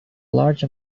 large